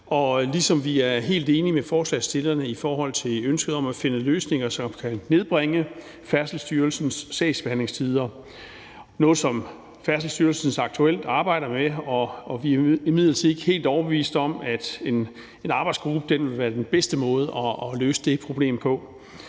ligesom vi er helt enige med forslagsstillerne i forhold til ønsket om at finde løsninger, som kan nedbringe Færdselsstyrelsens sagsbehandlingstider. Det er noget, som Færdselsstyrelsen aktuelt arbejder med, men vi er imidlertid ikke helt overbevist om, at en arbejdsgruppe vil være den bedste måde at løse det problem på.